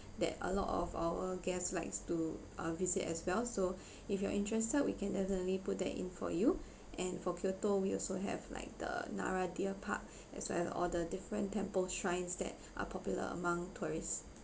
that a lot of our guest likes to uh visit as well so if you are interested we can definitely put that in for you and for kyoto we also have like the nara deer park as well as all the different temple shrines that are popular among tourists